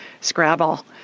Scrabble